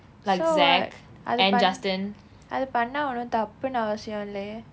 so what அது பண் அது பண்ண ஒன்னு தப்புன்னு அவசியம் இல்லையே:athu pan athu pannaa onnu thappunnu avasiyam illaiye